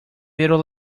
pero